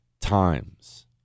times